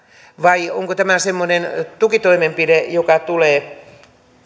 vai onko tämä semmoinen tukitoimenpide joka tulee